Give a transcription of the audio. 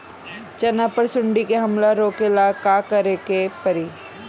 चना पर सुंडी के हमला रोके ला का करे के परी?